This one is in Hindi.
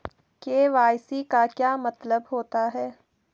के.वाई.सी का क्या मतलब होता है?